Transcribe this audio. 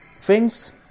Friends